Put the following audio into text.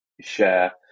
share